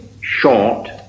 short